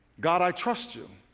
god i trust you.